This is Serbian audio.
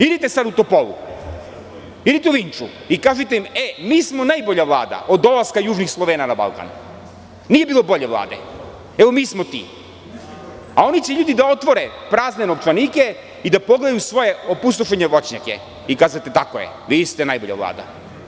Idite sad u Topolu, idite u Vinču i kažite im – mi smo najbolja Vlada od dolaska Južnih Slovena na Balkan, nije bilo bolje Vlade, mi smo ti; a ovi će ljudi da otvore prazne novčanike i da pogledaju u svoje opustošene voćnjake i kazati tako je, vi ste najbolja Vlada.